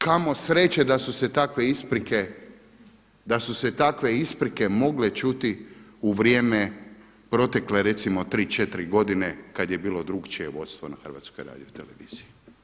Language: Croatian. Kamo sreće da su se takve isprike, da su se takve isprike mogle čuti u vrijeme protekle recimo tri, četiri godine kad je bilo drukčije vodstvo na Hrvatskoj radio-televiziji.